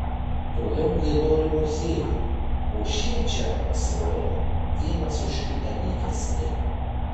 toliau jie nori muziejų o šie čia pasirodo vienas už kitą nykesni